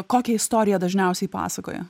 kokią istoriją dažniausiai pasakoji